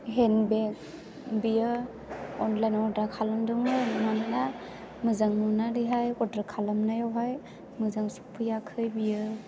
हेन्द बेग बेखौ online order खालामदोंमोन मानोना मोजां नुनानै अर्दार खालामनायाव मोजां सफैयाखै बेयो